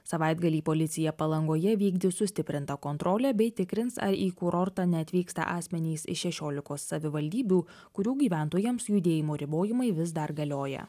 savaitgalį policija palangoje vykdys sustiprintą kontrolę bei tikrins ar į kurortą neatvyksta asmenys iš šešiolikos savivaldybių kurių gyventojams judėjimo ribojimai vis dar galioja